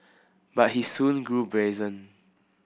but he soon grew brazen